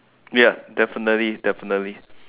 ya definitely definitely